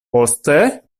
poste